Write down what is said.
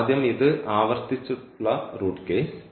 ആദ്യം ഇത് ആവർത്തിച്ചുള്ള റൂട്ട് കേസ്